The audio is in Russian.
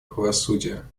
правосудия